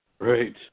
right